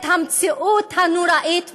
את המציאות הנוראית בעזה.